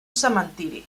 cementiri